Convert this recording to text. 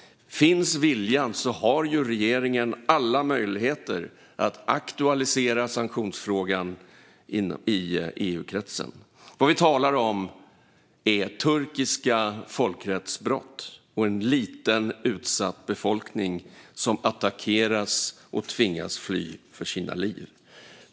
Finns viljan har regeringen alla möjligheter att aktualisera sanktionsfrågan i EU-kretsen. Vad vi talar om är turkiska folkrättsbrott och en liten, utsatt befolkning som attackeras och tvingas fly för sina liv.